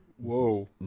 Whoa